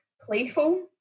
playful